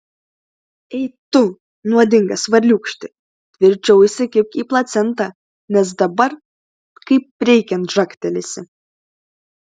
ei tu nuodingas varliūkšti tvirčiau įsikibk į placentą nes dabar kaip reikiant žagtelėsi